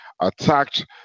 attacked